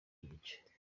n’igice